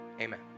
Amen